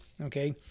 Okay